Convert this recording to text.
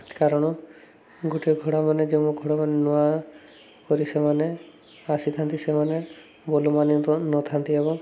କାରଣ ଗୋଟିଏ ଘୋଡ଼ା ମାନେ ଯେଉଁ ଘୋଡ଼ା ମାନେ ନୂଆ କରି ସେମାନେ ଆସିଥାନ୍ତି ସେମାନେ ବୋଲ ନଥାନ୍ତି ଏବଂ